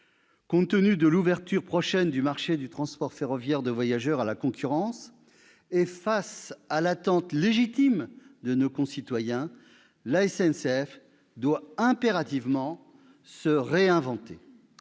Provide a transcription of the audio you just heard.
Compte tenu de l'ouverture prochaine du marché du transport ferroviaire de voyageurs à la concurrence et face à l'attente légitime de nos concitoyens, la SNCF doit impérativement se réinventer.